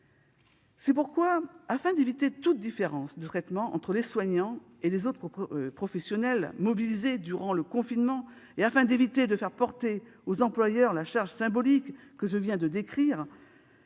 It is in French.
C'est pourquoi, afin d'éviter toute différence de traitement entre les soignants et les autres professionnels mobilisés durant le confinement et afin d'éviter de faire porter aux employeurs la charge symbolique que je viens de décrire,